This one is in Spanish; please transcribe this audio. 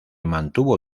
mantuvo